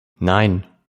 nein